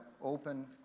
open